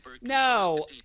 No